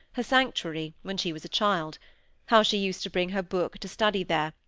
her sanctuary, when she was a child how she used to bring her book to study there,